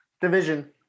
Division